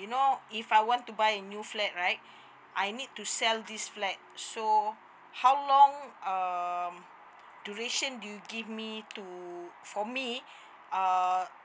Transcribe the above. you know if I want to buy a new flat right I need to sell this flat so how long uh duration do you give me to for me err